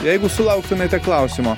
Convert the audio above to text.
jeigu sulauktumėte klausimo